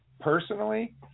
personally